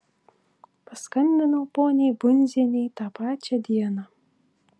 paskambinau poniai bundzienei tą pačią dieną